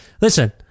listen